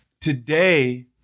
Today